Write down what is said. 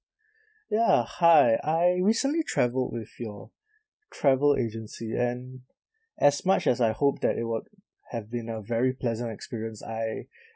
ya hi I recently travelled with your travel agency and as much as I hope that it would have been a very pleasant experience I